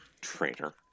Traitor